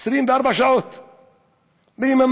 24 שעות ביממה,